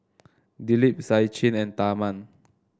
Dilip Sachin and Tharman